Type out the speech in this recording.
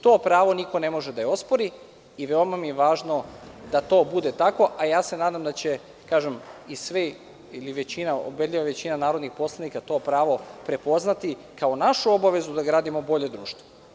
To pravo niko ne može da ospori i veoma mi je važno da to bude tako, a ja se nadam da će svi ili ubedljiva većina narodnih poslanika to pravo prepoznati kao našu obavezu da gradimo bolje društvo.